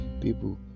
people